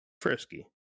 frisky